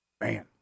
Man